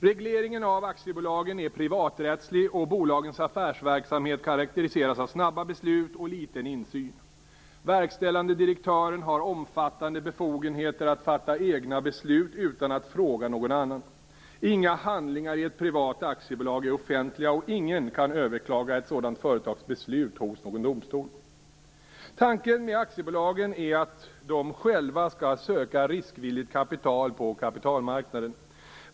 Regleringen av aktiebolagen är privaträttslig och bolagens affärsverksamhet karakteriseras av snabba beslut och liten insyn. Verkställande direktören har omfattande befogenheter att fatta egna beslut utan att fråga någon annan. Inga handlingar i ett privat aktiebolag är offentliga och ingen kan överklaga ett sådant företags beslut hos någon dosmtol. Tanken med aktiebolagen är att de själva skall söka riskvilligt kapital på kapitalmarknaden.